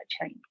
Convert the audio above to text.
change